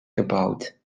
gebouwd